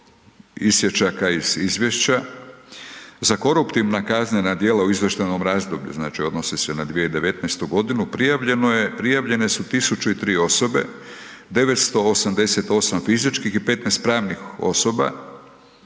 izvješća, za koruptivna kaznena djela u izvještajnom razdoblju, znači odnosi se na 2019. g., prijavljene su 1003 osobe, 988 fizičkih i 15 pravnih osoba